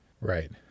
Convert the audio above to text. Right